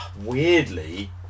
weirdly